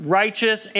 righteous